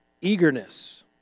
eagerness